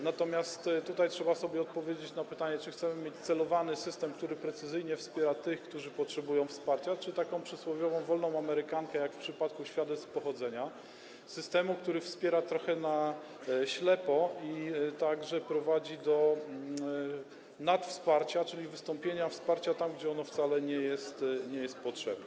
Natomiast tutaj trzeba sobie odpowiedzieć na pytanie, czy chcemy mieć celowany system, który precyzyjnie wspiera tych, którzy potrzebują wsparcia, czy taką przysłowiową wolną amerykankę, jak w przypadku świadectw pochodzenia, system, który wspiera trochę na ślepo, a także prowadzi do nadwsparcia, czyli wystąpienia wsparcia tam, gdzie ono wcale nie jest potrzebne.